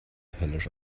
höllisch